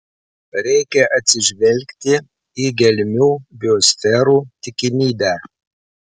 reikia atsižvelgti į gelmių biosferų tikimybę